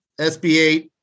SB8